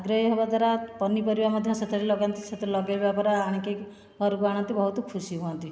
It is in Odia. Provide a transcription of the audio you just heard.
ଆଗ୍ରହୀ ହେବା ଦ୍ୱାରା ପନିପରିବା ମଧ୍ୟ ସେଥିରେ ଲଗାନ୍ତି ସେଥିରେ ଲଗାଇବା ଦ୍ୱାରା ଆଣିକି ଘରକୁ ଆଣନ୍ତି ଆଣିକି ବହୁତ ଖୁସି ହୁଅନ୍ତି